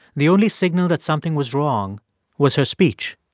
the only signal that something was wrong was her speech.